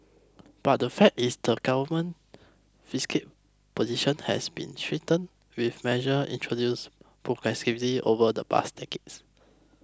but the fact is the Government fiscal position has been strengthened with measure introduce progressively over the past decades